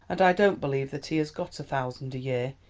and i don't believe that he has got a thousand a year,